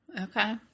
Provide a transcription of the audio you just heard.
Okay